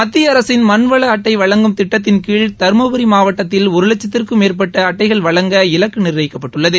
மத்திய அரசின் மண்வள அட்டை வழங்கும் திட்டத்தின் கீழ் தருமபுரி மாவட்டதில் ஒரு லட்சத்திற்கும் மேற்பட்ட அட்டைகள் வழங்க இலக்கு நிர்ணயிக்கப்பட்டுள்ளது